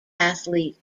athlete